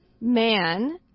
man